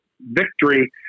victory